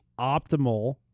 optimal